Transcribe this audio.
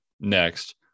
next